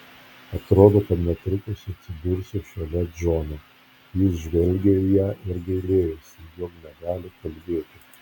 atrodo kad netrukus atsidursiu šalia džono jis žvelgė į ją ir gailėjosi jog negali kalbėti